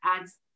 adds